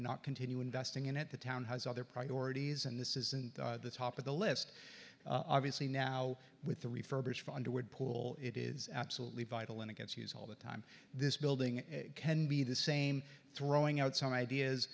not continue investing in it the town has other priorities and this isn't the top of the list obviously now with the refurbished underwood pool it is absolutely vital and against use all the time this building can be the same throwing out some ideas